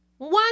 One